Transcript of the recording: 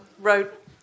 wrote